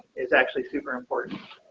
is actually super important.